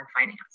finance